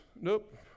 nope